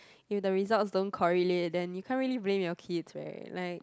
if the results don't correlate then you can't really blame your kids right like